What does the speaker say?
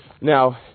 Now